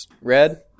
Red